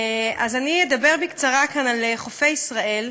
אדבר כאן בקצרה על חופי ישראל.